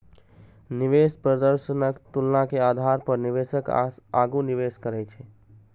निवेश प्रदर्शनक तुलना के आधार पर निवेशक आगू निवेश करै छै